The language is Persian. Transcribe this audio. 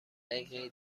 دقیقه